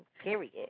Period